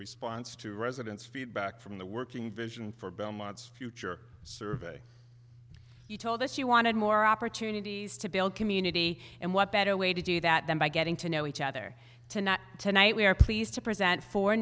response to residents feedback from the working vision for belmont's future survey you told us you wanted more opportunities to build community and what better way to do that than by getting to know each other tonight tonight we are pleased to present fo